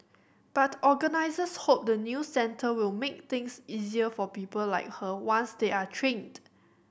but organisers hope the new centre will make things easier for people like her once they are trained